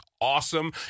awesome